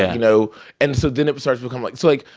you know and so then it starts become like so, like,